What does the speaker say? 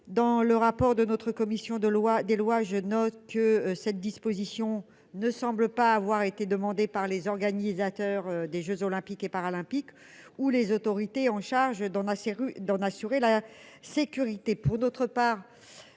dans le rapport de notre commission de lois, des lois, je note que cette disposition ne semble pas avoir été demandée par les organisateurs des Jeux olympiques et paralympiques ou les autorités en charge dans la série